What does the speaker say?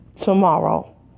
tomorrow